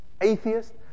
Atheist